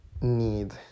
need